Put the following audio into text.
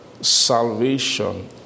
salvation